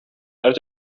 uit